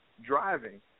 driving